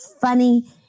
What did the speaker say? funny